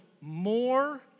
more